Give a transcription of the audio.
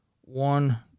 one